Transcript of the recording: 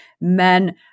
men